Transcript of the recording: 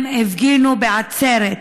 הם הפגינו בעצרת,